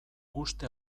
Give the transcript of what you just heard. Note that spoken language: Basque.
uste